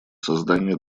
создание